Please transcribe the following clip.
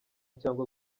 cyangwa